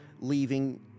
Leaving